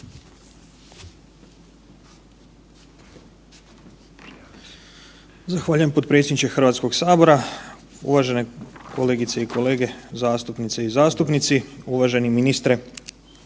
Zahvaljujem potpredsjedniče HS, uvažene kolegice i kolege, zastupnice i zastupnici, uvaženi ministre